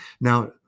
Now